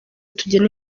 tugena